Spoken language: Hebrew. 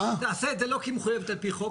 היא תעשה את זה לא כי היא מחויבת על פי חוק,